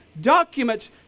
documents